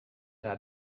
naar